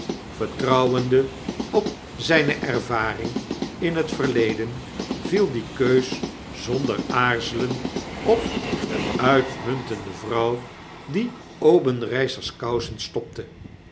vertrouwende op zpe ervaring in het verleden viel die keus zonder aarzelen op de uitmuntende vrouw die obenreizer's kousen stopte